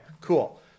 cool